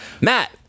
Matt